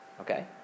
okay